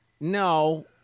No